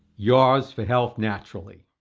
yours for health naturally.